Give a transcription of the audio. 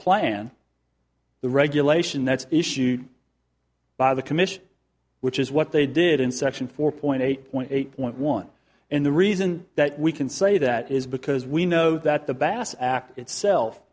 plan the regulation that's issued by the commission which is what they did in section four point eight point eight point one and the reason that we can say that is because we know that the bass act itself